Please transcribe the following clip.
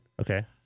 Okay